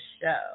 show